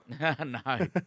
No